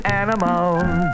animals